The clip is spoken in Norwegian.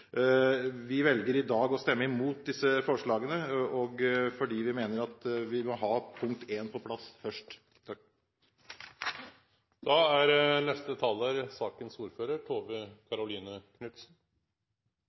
Vi velger i dag å stemme imot disse forslagene fordi vi mener vi må ha punkt 1 på plass først.